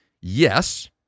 Yes